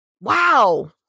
Wow